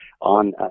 on